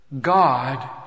God